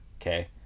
okay